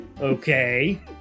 Okay